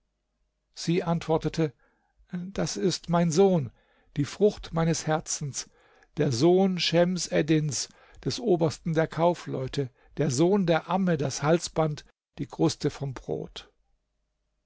sie antwortete das ist mein sohn die frucht meines herzens der sohn schems eddins des obersten der kaufleute der sohn der amme das halsband die kruste vom brot